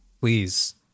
Please